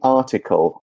article